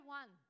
one